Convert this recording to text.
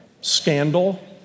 scandal